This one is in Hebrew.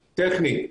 טכנית,